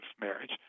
marriage